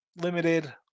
limited